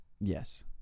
Yes